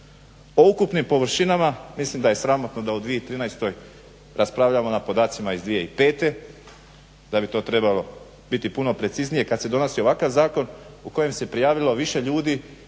O ukupnim površinama mislim da je sramotno da u 2013.rasprvaljamo na podacima iz 2005.da bi to trebalo biti puno preciznije kada se donosi ovakav zakon u kojem se prijavilo više ljudi